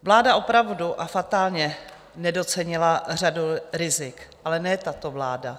Vláda opravdu a fatálně nedocenila řadu rizik, ale ne tato vláda.